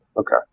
Okay